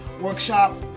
workshop